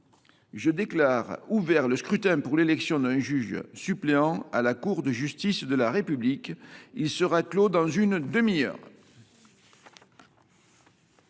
Je déclare ouvert le scrutin pour l’élection d’un juge suppléant à la Cour de justice de la République. Il sera clos dans une demi heure.